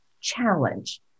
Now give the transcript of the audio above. challenge